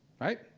Right